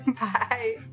Bye